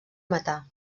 matar